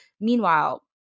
Meanwhile